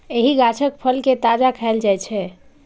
एहि गाछक फल कें ताजा खाएल जाइ छै